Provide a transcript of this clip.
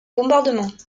bombardements